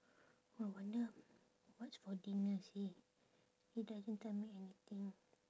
I wonder what's for dinner seh he doesn't tell me anything